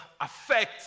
affect